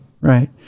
Right